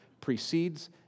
precedes